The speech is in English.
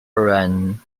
ryan